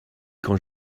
quand